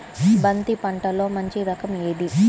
బంతి పంటలో మంచి రకం ఏది?